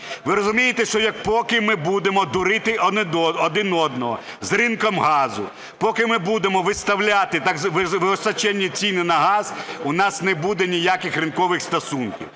Ви розумієте, що поки ми будемо дурити один одного з ринком газу, поки ми будемо виставляти височенні ціни на газ, у нас не буде ніяких ринкових стосунків?